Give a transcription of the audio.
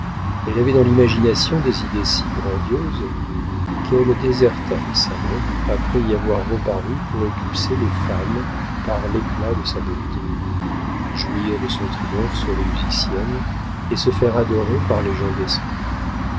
elle avait dans l'imagination des idées si grandioses qu'elle déserta les salons après y avoir reparu pour éclipser les femmes par l'éclat de sa beauté jouir de son triomphe sur les musiciennes et se faire adorer par les gens d'esprit